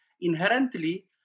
inherently